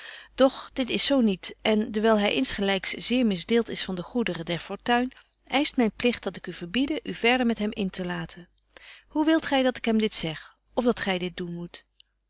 dit is zo niet en dewyl hy insgelyks zeer misdeelt is van de goederen der fortuin eischt myn pligt dat ik u verbiede u verder met hem in te laten hoe wilt gy dat ik hem dit zeg of dat gy dit doen moet